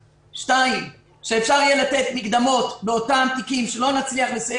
2. אפשר יהיה לתת מקדמות באותם תיקים שלא נצליח לסיים